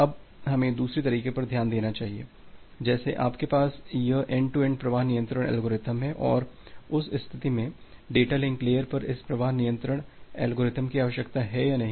अब हमें दूसरे तरीके पर ध्यान देना चाहिए जैसे आपके पास यह एन्ड टू एन्ड प्रवाह नियंत्रण एल्गोरिथ्म है और उस स्थिति में डेटा लिंक लेयर पर इस प्रवाह नियंत्रण एल्गोरिथ्म की आवश्यकता है या नहीं